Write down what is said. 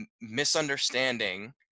misunderstanding